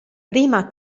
prima